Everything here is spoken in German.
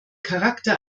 charakter